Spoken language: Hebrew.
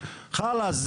חלאס,